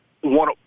one –